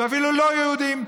ואפילו לא יהודים,